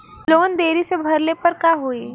Loan देरी से भरले पर का होई?